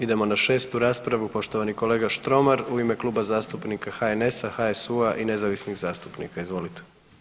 Idemo na 6. raspravu, poštovani kolega Štromar u ime Kluba zastupnika HNS-a, HSU-a i nezavisnih zastupnika, izvolite.